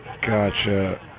Gotcha